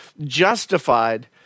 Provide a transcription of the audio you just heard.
justified